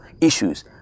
issues